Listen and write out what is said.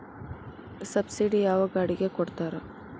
Subsidy ಯಾವ ಗಾಡಿಗೆ ಕೊಡ್ತಾರ?